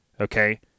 Okay